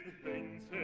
things.